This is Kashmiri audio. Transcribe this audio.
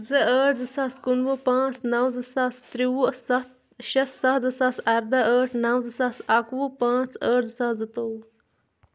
زٕ ٲٹھ زٕ ساس کُنوُہ پانٛژھ نَو زٕساس ترٛیٚوُہ سَتھ شےٚ سَتھ زٕ ساس اَرداہ ٲٹھ نَو زٕ ساس اَکہٕ وُہ پانٛژھ ٲٹھ زٕ ساس زٕتووُہ